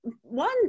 one